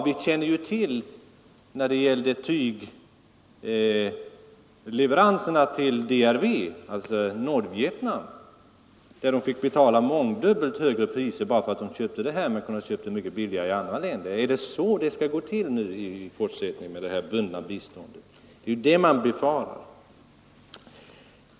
Vi känner ju till tygleveranserna till DRV, alltså Nordvietnam — de fick betala mångdubbelt högre priser bara därför att de köpte varorna här när de kunde ha köpt dem mycket billigare i andra länder. Är det så det skall gå till i fortsättningen med det bundna biståndet? Det är ju det man befarar.